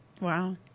Wow